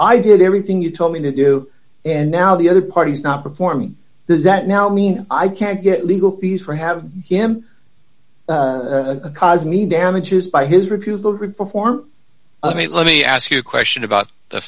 i did everything you told me to do and now the other party is not performing does that now mean i can't get legal fees for have him cause me damages by his refusal reform i mean let me ask you a question about the